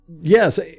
Yes